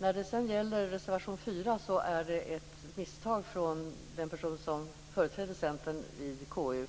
När det sedan gäller reservation 4 är det ett misstag från den person som företräder Centern i KU.